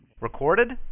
Recorded